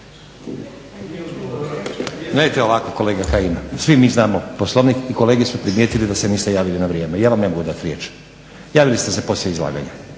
Neće ovako kolega Kajin. Svi mi znamo Poslovnik i kolege su primijetili da se niste javili na vrijeme. Ja vam ne mogu dati riječ. Javili ste se poslije izlaganja,